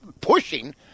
pushing